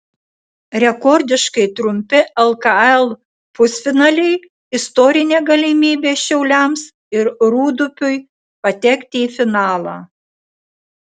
rekordiškai trumpi lkl pusfinaliai istorinė galimybė šiauliams ir rūdupiui patekti į finalą